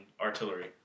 artillery